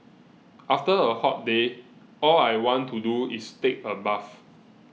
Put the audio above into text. after a hot day all I want to do is take a bath